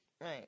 Right